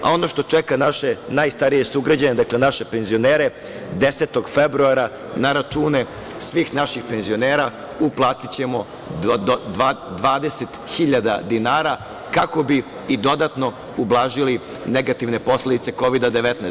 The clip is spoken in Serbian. A, ono što čeka naše najstarije sugrađane, dakle, naše penzionere, 10. februara na račune svih naših penzionera uplatićemo 20.000 dinara, kako bi i dodatno ublažili negativne posledice Kovida 19.